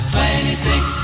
Twenty-six